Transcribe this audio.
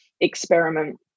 experiment